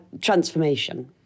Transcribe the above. transformation